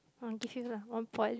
orh give you lah one point